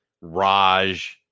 Raj